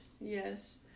Yes